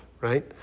right